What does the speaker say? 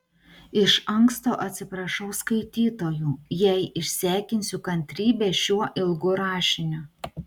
iš anksto atsiprašau skaitytojų jei išsekinsiu kantrybę šiuo ilgu rašiniu